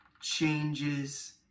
changes